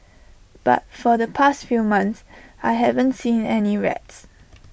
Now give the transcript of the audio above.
but for the past few months I haven't seen any rats